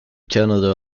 canada